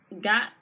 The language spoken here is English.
got